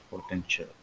potential